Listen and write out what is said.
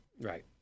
Right